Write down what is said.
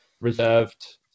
reserved